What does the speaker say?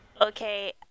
okay